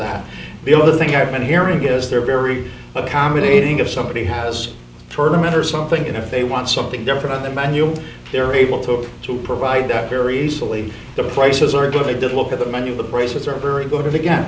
that the other thing i've been hearing is they're very accommodating if somebody has tournament or something and if they want something different on the menu they're able to to provide that care easily the prices are good they did look at the menu the prices are very good if again